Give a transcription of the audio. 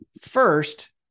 first